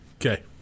Okay